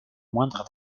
moindre